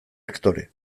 aktore